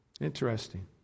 Interesting